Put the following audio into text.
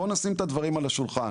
בואו נשים את הדברים על השולחן.